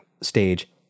stage